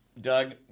Doug